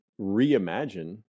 reimagine